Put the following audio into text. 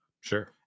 Sure